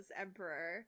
Emperor